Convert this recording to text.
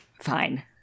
fine